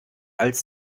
als